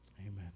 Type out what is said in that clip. amen